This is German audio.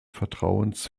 vertrauens